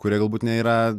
kurie galbūt nėra